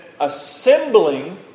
assembling